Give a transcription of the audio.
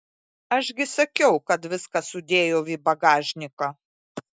aš gi sakiau kad viską sudėjau į bagažniką